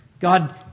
God